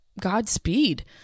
Godspeed